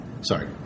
sorry